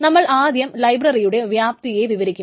നമ്മൾ ആദ്യം ലൈബ്രററിയുടെ വ്യാപ്തിയെ വിവരിക്കും